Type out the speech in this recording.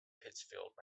pittsfield